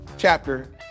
chapter